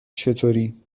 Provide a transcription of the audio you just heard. چطوری